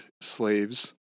slaves